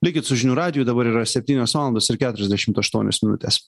likit su žinių radiju dabar yra septynios valandos ir keturiasdešimt aštuonios minutės